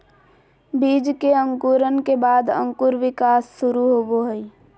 बीज के अंकुरण के बाद अंकुर विकास शुरू होबो हइ